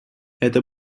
это